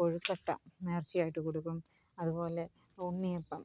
കൊഴുക്കട്ട നേര്ച്ചയായിട്ട് കൊടുക്കും അതുപോലെ ഉണ്ണിയപ്പം